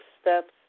steps